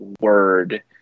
word